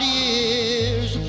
years